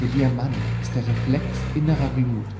der diamant ist der reflex innerer glut